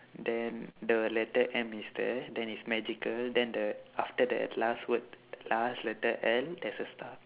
then the letter M is there then is magical then the after that last word last letter L there's a star